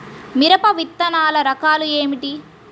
మిరప విత్తనాల రకాలు ఏమిటి?